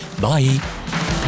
Bye